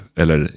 eller